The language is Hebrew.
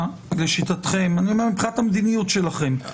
מבחינת המדיניות שלכם,